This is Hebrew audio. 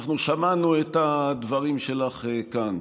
אנחנו שמענו את הדברים שלך כאן.